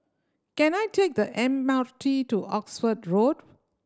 can I take the M R T to Oxford Road